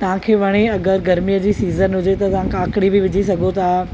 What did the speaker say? तव्हांखे खे वणे अगरि गरमीअ जी सीज़न हुजे त तव्हां काकड़ी बि विझी सघो था